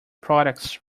products